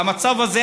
המצב הזה,